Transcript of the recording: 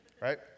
Right